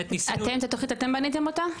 אתם את התוכנית אתם בניתם אותה?